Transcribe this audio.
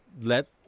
let